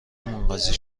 منقضی